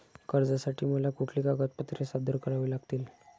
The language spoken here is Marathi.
कर्जासाठी मला कुठली कागदपत्रे सादर करावी लागतील?